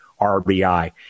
RBI